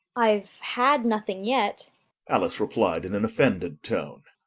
i've had nothing yet alice replied in an offended tone,